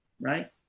right